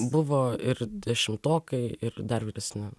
buvo ir dešimtokai ir dar vyresni